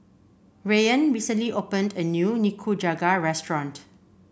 Rayan recently opened a new Nikujaga restaurant